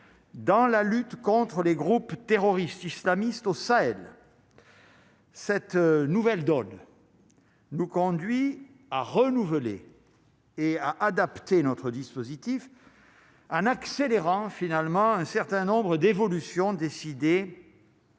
dans la lutte contre les groupes terroristes islamistes au Sahel. Cette nouvelle donne, nous conduit à renouveler et à adapter notre dispositif en accélérant, finalement, un certain nombre d'évolutions décidées